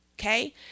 Okay